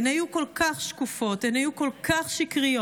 הן היו כל כך שקופות, הן היו כל כך שקריות,